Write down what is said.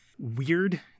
weird